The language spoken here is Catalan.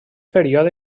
període